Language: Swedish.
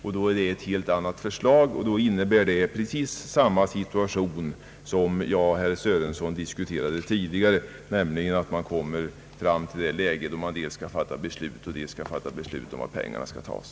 I så fall är det ett helt annat förslag, som innebär att man ställs i precis samma situation som herr Sörenson och jag tidigare diskuterade, nämligen att man dels skall fatta beslut i en fråga och dels besluta om var pengarna skall tas.